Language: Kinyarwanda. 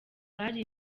bari